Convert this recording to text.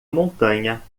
montanha